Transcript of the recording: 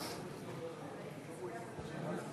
מצביע שי פירון,